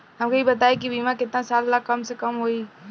हमके ई बताई कि बीमा केतना साल ला कम से कम होई?